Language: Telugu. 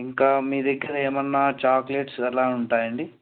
ఇంకా మీ దగ్గర ఏమైనా చాక్లెట్స్ అలా ఉంటాయండి